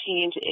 change